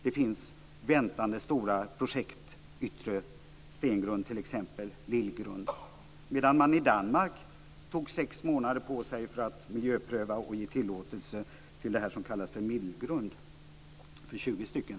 Det finns stora projekt som väntar, t.ex. Yttre Stengrund och Lillgrund. I Danmark tog man sex månader på sig för att miljöpröva och ge tillåtelse till det här som kallas för Middelgrund med 20 stora verk.